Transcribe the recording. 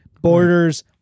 Borders